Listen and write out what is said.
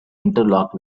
interlocked